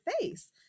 face